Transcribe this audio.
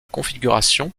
configuration